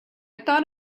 thought